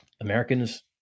Americans